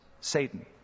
Satan